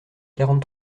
quarante